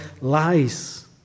lies